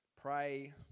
pray